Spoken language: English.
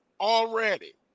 already